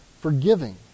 forgiving